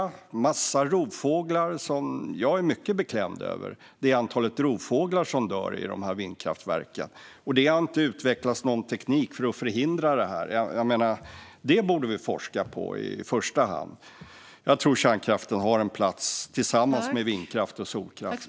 Det dör en massa rovfåglar i vindkraftverk, vilket gör mig mycket beklämd. Det har inte utvecklats någon teknik för att förhindra detta. Det borde vi forska på i första hand. Jag tror att kärnkraften har en plats tillsammans med vindkraft och solkraft.